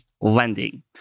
lending